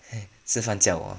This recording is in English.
eh 吃饭叫我